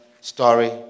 story